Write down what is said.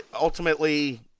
ultimately